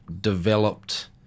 developed